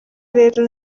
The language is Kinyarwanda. rero